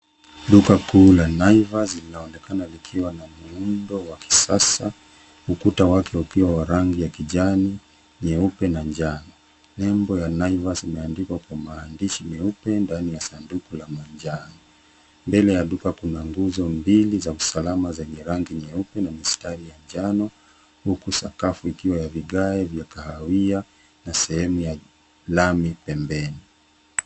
Duka kuu la Naivas linaonekana likiwa na muundo wa kisasa. Ukuta wake ukiwa wa rangi ya kijani, nyeupe, na njano. Nembo ya Naivas imeandikwa kwa maandishi nyeupe ndani ya sanduku la manjano. Mbele ya duka kuna nguzo mbili za usalama zenye rangi nyeupe na mistari ya njano, huku sakafu ikiwa ya vigae vya kahawia na sehemu ya lami pembeni.